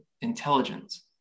intelligence